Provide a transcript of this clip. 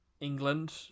England